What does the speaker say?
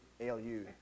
ALU